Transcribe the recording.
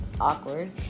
Awkward